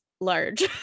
large